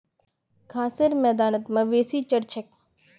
घासेर मैदानत मवेशी चर छेक